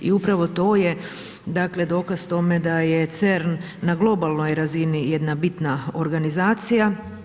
I upravo to je dakle dokaz tome da je CERN na globalnoj razini jedna bitna organizacija.